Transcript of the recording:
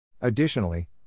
Additionally